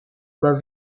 alla